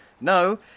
No